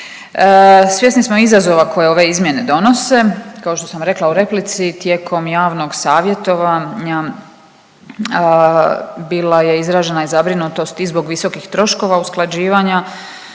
Svjesni smo izazova koje ove izmjene donose, kao što sam rekla u replici tijekom javnog savjetovanja bila je izražena i zabrinutost i zbog visokih troškova usklađivanja